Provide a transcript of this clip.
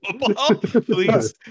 please